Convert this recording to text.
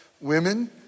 Women